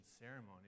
ceremony